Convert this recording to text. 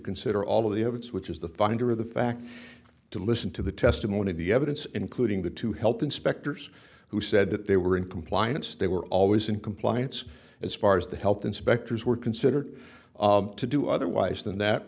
consider all of the evidence which is the finder of the facts to listen to the testimony of the evidence including the two health inspectors who said that they were in compliance they were always in compliance as far as the health inspectors were considered to do otherwise than that